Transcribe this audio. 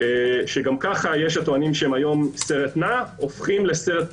שגם ככה יש הטוענים שהם היום סרט נע הופכים לסרט טס.